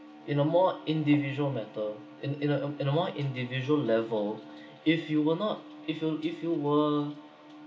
in a more individual matter in in a in a more individual level if you were not if you if you were